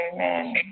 Amen